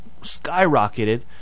skyrocketed